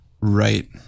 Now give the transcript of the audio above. Right